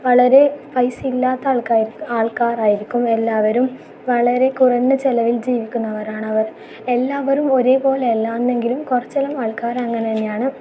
വളരെ പൈസ ഇല്ലാത്ത ആൾക്കാർ ആൾക്കാറായിരിക്കും എല്ലാവരും വളരെ കുറഞ്ഞ ചിലവിൽ ജീവിക്കുന്നവരാണ് അവർ എല്ലാവരും ഒരേ പോലെ അല്ലാന്നെങ്കിലും കുറച്ചെല്ലാം ആൾക്കാർ അങ്ങനെ തന്നെയാണ്